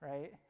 Right